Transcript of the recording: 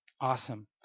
Awesome